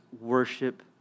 worship